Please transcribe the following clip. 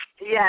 Yes